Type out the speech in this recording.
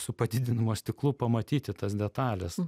su padidinamu stiklu pamatyti tas detales